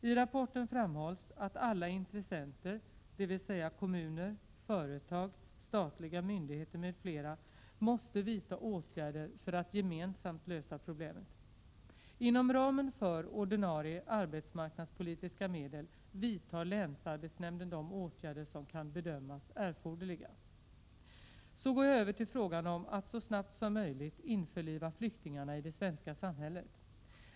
I rapporten framhålls att alla intressenter, dvs. kommuner, företag, statliga myndigheter m.fl., måste vidta åtgärder för att gemensamt lösa problemet. Inom ramen för ordinarie arbetsmarknadspolitiska medel vidtar länsarbetsnämnden de åtgärder som kan bedömas erforderliga. Så går jag över till frågan om att så snabbt som möjligt införliva flyktingarna i det svenska samhället.